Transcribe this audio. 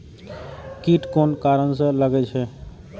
कीट कोन कारण से लागे छै?